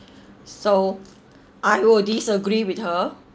so I would disagree with her